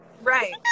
right